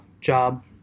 job